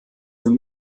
dem